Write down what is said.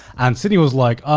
and sydney was like, um,